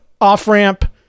off-ramp